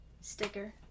Sticker